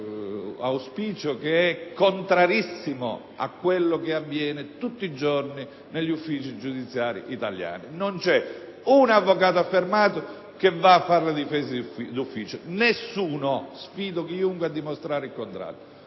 un auspicio che è contrarissimo a quello che avviene tutti i giorni negli uffici giudiziari italiani: non c'è un avvocato affermato che vada a fare la difesa d'ufficio. Nessuno: sfido chiunque a dimostrare il contrario.